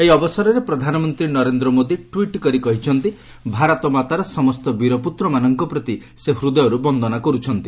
ଏହି ଅବସରରେ ପ୍ରଧାନମନ୍ତୀ ନରେନ୍ଦ ମୋଦି ଟ୍ୱିଟ୍ କରି କହିଛନ୍ତି ଭାରତମାତାର ସମସ୍ତ ବୀରପୁତ୍ରମାନଙ୍କ ପ୍ରତି ସେ ହୃଦୟରୁ ବନ୍ଦନା କରୁଛନ୍ତି